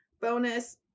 bonus